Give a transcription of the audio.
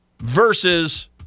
versus